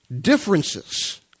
Differences